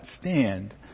stand